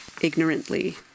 ignorantly